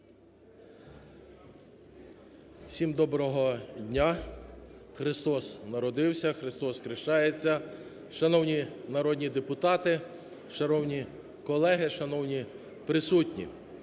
Всім доброго дня. Христос народився! Христос хрещається! Шановні народні депутати! Шановні колеги! Шановні присутні!